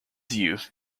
youth